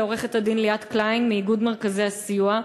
לעורכת-הדין ליאת קליין מאיגוד מרכזי הסיוע.